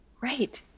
Right